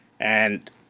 and-